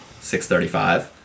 635